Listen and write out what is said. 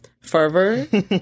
fervor